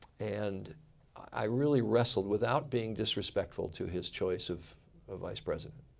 and i really wrestled without being disrespectful to his choice of ah vice president.